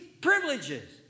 privileges